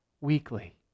weekly